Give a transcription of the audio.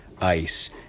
ice